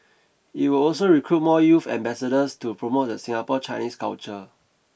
it will also recruit more youth ambassadors to promote the Singapore Chinese culture